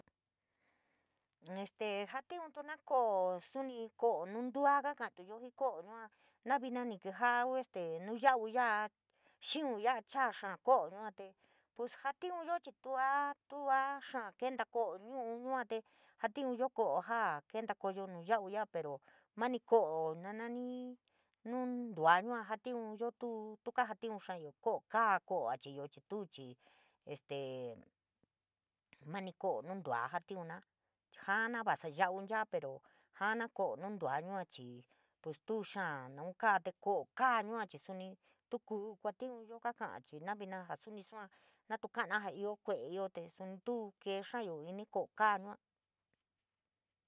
Este jatiuntuna ko’o suni ko’o nundua kakatuyo jii ko’o yua na vina nii keeja’a nuyau’u ya’a xiun ya’a cháa xaa ko’o jaa kebta koyo nuu yaa’uu ya’a pero mani ko’o na nanii nundua yua jatiunyo, tuu tu kajatiunyo ko’o kaa ko’o a chiyo chii tuu chii este mani ko’o nundua pero jaa na ko’o nundua yua chii pues tuy xaa naun kaate ko’o kaa yua chii suni tuu kuu kuantiunya kako’o chii na vina jaa suni sua natu ka’ana jaa ioo kue’e ioo te suni tuu keexaayo ini ko’o kaa yua.